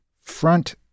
front